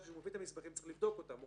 כשהוא מביא את המסמכים צריך לבדוק אותם.